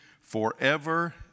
forever